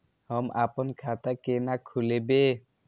हम आपन खाता केना खोलेबे?